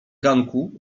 ganku